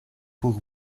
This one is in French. pour